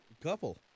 couple